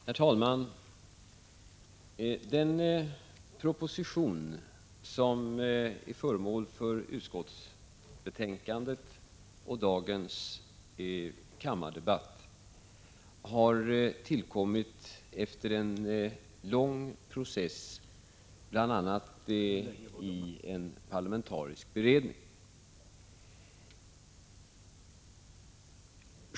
Herr talman! Den proposition som behandlas i utskottsbetänkandet och som är föremål för dagens kammardebatt har tillkommit efter en lång process, bl.a. i en parlamentarisk beredning.